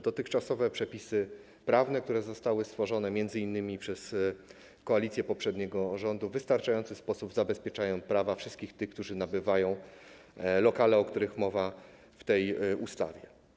Dotychczasowe przepisy prawne, które zostały stworzone m.in. przez koalicję poprzedniego rządu, w wystarczający sposób zabezpieczają prawa wszystkich tych, którzy nabywają lokale, o których mowa w tej ustawie.